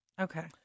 Okay